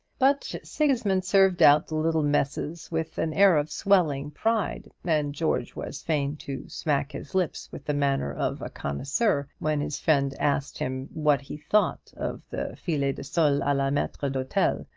but sigismund served out the little messes with an air of swelling pride, and george was fain to smack his lips with the manner of a connoisseur when his friend asked him what he thought of the filets de sole a la maitre d'hotel,